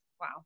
wow